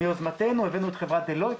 מיוזמתנו הבאנו את חברת דלויט,